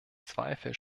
zweifel